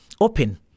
open